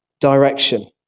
direction